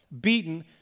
beaten